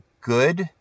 good